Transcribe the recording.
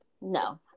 No